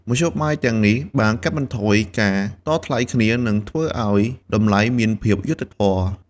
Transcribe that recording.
មធ្យោបាយទាំងនេះបានកាត់បន្ថយការតថ្លៃគ្នានិងធ្វើឱ្យតម្លៃមានភាពយុត្តិធម៌។